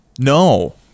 No